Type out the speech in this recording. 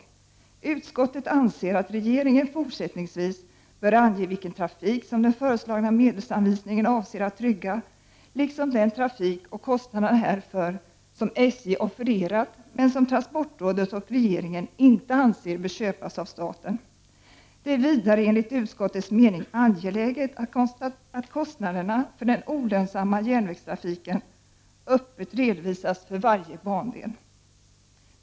Utskottet anser att regeringen fortsättningsvis bör ange vilken trafik som den föreslagna medelsanvisningen avser att trygga liksom den trafik och kostnaderna härför som SJ offererat men som transportrådet och regeringen inte anser bör köpas av staten. Det är vidare enligt utskottets mening angeläget att kostnaderna för den olönsamma järnvägstrafiken öppet redovisas för varje bandel.